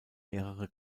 mehrere